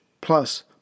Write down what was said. plus